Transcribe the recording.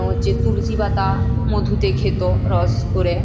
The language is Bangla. হচ্ছে তুলসী পাতা মধু দিয়ে খেত রস করে